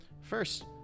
First